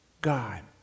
God